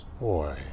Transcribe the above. boy